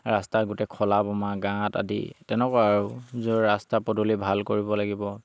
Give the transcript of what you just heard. ৰাস্তা গোটেই খলা বমা গাঁৱত আদি তেনেকুৱা আৰু য'ৰ ৰাস্তা পদূলি ভাল কৰিব লাগিব